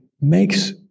makes